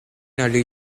early